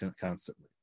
constantly